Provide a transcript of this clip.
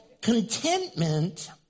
contentment